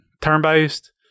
turn-based